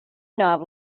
not